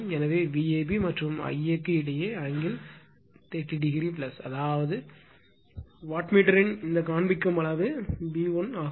எனவே Vab மற்றும் Ia இடையே ஆங்கிள் 30 o அதாவது வாட்மீட்டரின் இந்த காண்பிக்கும் அளவு பி 1 ஆகும்